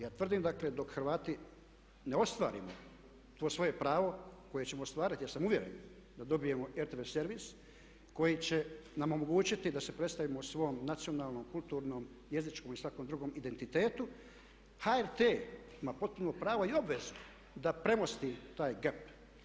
Ja tvrdim dakle, dok Hrvati ne ostvarimo to svoje pravo koje ćemo ostvariti ja sam uvjeren da dobijemo rtv servis koji će nam omogućiti da se predstavimo svom nacionalnom, kulturnom, jezičnom i svakom drugom identitetu HRT ima potpuno pravo i obvezu da premosti taj gep.